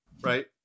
right